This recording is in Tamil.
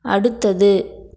அடுத்தது